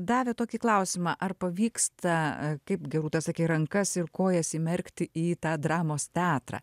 davė tokį klausimą ar pavyksta kaip gerūta sakei rankas ir kojas įmerkti į tą dramos teatrą